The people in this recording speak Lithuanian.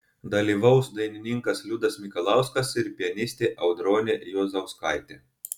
dalyvaus dainininkas liudas mikalauskas ir pianistė audronė juozauskaitė